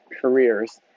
careers